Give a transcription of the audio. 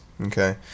okay